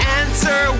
answer